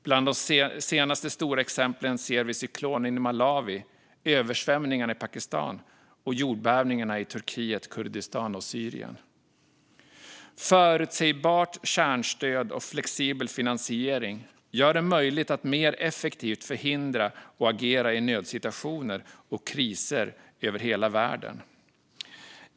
Bland de senaste stora exemplen ser vi cyklonen i Malawi, översvämningarna i Pakistan och jordbävningarna i Turkiet, Kurdistan och Syrien. Förutsägbart kärnstöd och flexibel finansiering gör det möjligt att mer effektivt förhindra och agera i nödsituationer och kriser över hela världen.